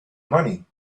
money